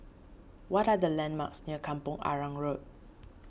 what are the landmarks near Kampong Arang Road